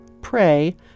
pray